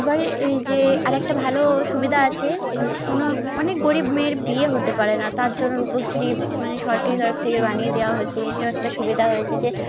আবার এই যে আরেকটা ভালো সুবিধা আছে কোনও অনেক গরিব মেয়ের বিয়ে হতে পারে না তার জন্য রূপশ্রী মানে সরকারি তরফ থেকে বানিয়ে দেওয়া হয়েছে এটাও একটা সুবিধা হয়েছে যে